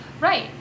Right